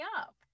up